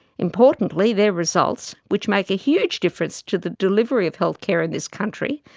importantly, their results, which make a huge difference to the delivery of healthcare in this country,